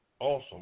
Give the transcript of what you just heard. Awesome